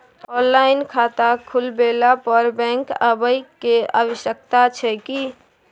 Online खाता खुलवैला पर बैंक आबै के आवश्यकता छै की?